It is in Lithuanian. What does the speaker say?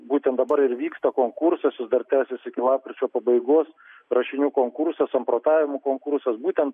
būtent dabar ir vyksta konkursas jis dar tęsias iki lapkričio pabaigos rašinių konkursas samprotavimų konkursas būtent